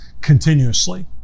continuously